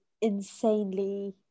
insanely